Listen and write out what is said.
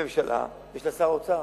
כממשלה, יש לה שר אוצר,